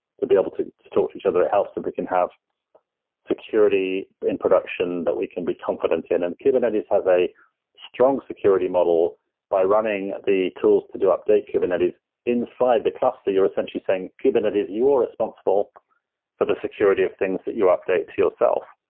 to be able to to talk to each other. it helps that we can have security in production that we can be confident in, and kubernetes has a strong security model by running the tools to do update kubernetes inside the cluster. you're essentially saying, kubernetes, you're responsible for the security of things that you update to yourself.